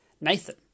Nathan